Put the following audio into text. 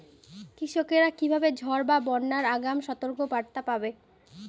কৃষকেরা কীভাবে ঝড় বা বন্যার আগাম সতর্ক বার্তা পাবে?